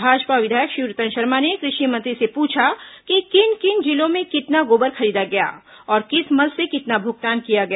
भाजपा विधायक शिवरतन शर्मा ने कृषि मंत्री से पूछा कि किन किन जिलों में कितना गोबर खरीदा गया और किस मद से कितना भुगतान किया गया